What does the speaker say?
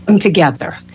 together